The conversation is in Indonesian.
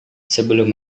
sebelum